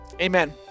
Amen